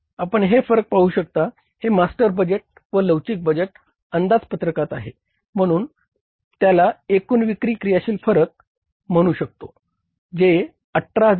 तर आपण हे फरक पाहू शकता हे मास्टर बजेट व लवचिक अंदाजपत्रकात आहे तुम्ही त्याला एकूण विक्री क्रियाशील फरक फरक आहे